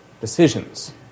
decisions